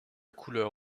couleur